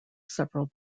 several